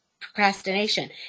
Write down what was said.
procrastination